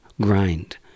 grind